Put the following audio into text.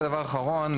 דבר אחרון.